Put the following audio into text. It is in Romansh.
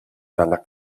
dalla